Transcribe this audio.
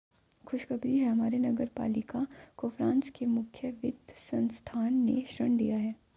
खुशखबरी है हमारे नगर पालिका को फ्रांस के मुख्य वित्त संस्थान ने ऋण दिया है